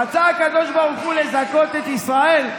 רצה הקדוש ברוך הוא לזכות את ישראל,